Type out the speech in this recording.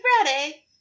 Friday